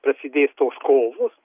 prasidės tos kovos